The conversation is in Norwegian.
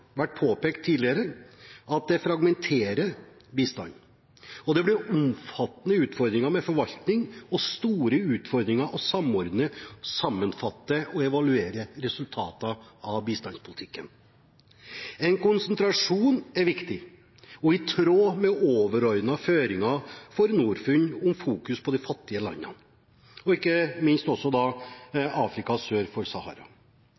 vært påpekt tidligere at det fragmenterer bistanden. Det ble omfattende utfordringer med forvaltning og store utfordringer med å samordne, sammenfatte og evaluere resultater av bistandspolitikken. En konsentrasjon er viktig og i tråd med overordnede føringer for Norfund om å fokusere på de fattige landene og, ikke minst, på Afrika sør for Sahara.